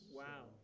wow